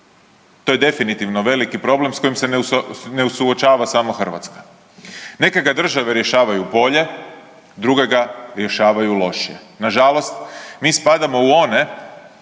To je definitivno veliki problem s kojim se ne suočava samo Hrvatska. Neke ga države rješavaju bolje, druge ga rješavaju lošije. Nažalost, mi spadamo u one